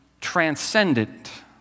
transcendent